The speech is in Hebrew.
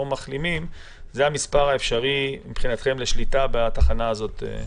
מחלימים שהוא אפשרי מבחינתכם לשליטה בתחנת המעבר הזאת?